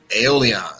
Aeolian